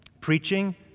Preaching